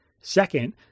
Second